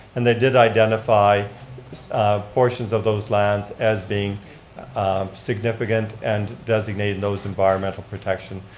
and they did identify portions of those lands as being significant and designated those environmental protection.